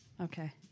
okay